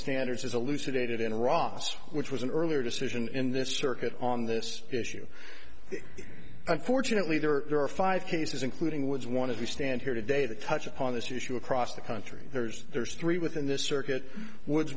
standards as a lucid a did in iraq which was an earlier decision in this circuit on this issue unfortunately there are five cases including was one of the stand here today to touch upon this issue across the country there's there's three within this circuit woods